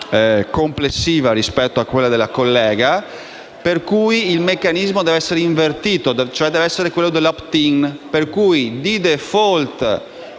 complessiva rispetto a quella della collega, per cui il meccanismo deve essere invertito, cioè deve essere quello dell'*opt-in*, per cui di *default*